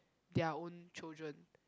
their own children